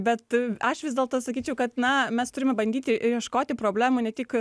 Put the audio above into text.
bet aš vis dėlto sakyčiau kad na mes turime bandyti ieškoti problemų ne tik